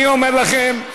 אני אומר לכם,